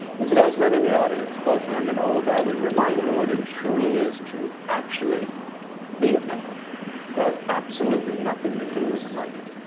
and to those men in the audience, both young and old, i would remind you what it truly is to actually be a man. it has absolutely nothing to do with money,